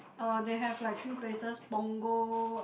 uh they have like three places Punggol